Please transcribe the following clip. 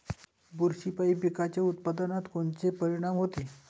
बुरशीपायी पिकाच्या उत्पादनात कोनचे परीनाम होते?